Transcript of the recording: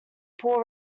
poor